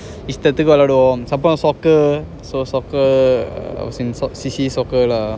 இஸ்டத்துக்கு விளாடுவோம்:istathuku viladuwom soccer so soccer I was in C_C_A soccer lah